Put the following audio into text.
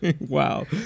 wow